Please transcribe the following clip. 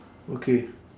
okay